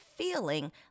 Feeling